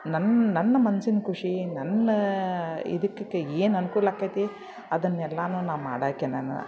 ನನ್ನ ನನ್ನ ಮನ್ಸಿನ ಖುಷಿ ನನ್ನ ಇದುಕ್ಕು ಏನು ಅನುಕೂಲ ಆಕೈತಿ ಅದನ್ನೆಲ್ಲನೂ ನಾವು ಮಾಡಕ್ಕೆ ನಾನು